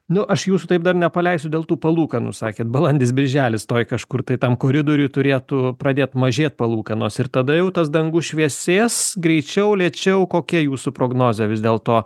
nu aš jūsų taip dar nepaleisiu dėl tų palūkanų sakėm balandis birželis tuoj kažkur tai tam koridoriuj turėtų pradėt mažėt palūkanos ir tada jau tas dangus šviesės greičiau lėčiau kokia jūsų prognozė vis dėlto